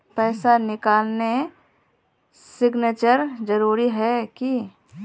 पैसा निकालने सिग्नेचर जरुरी है की?